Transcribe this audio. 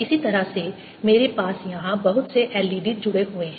इसी तरह से मेरे पास यहाँ बहुत से LED जुड़े हुए हैं